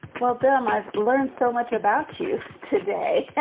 club them. i've learned so much about you today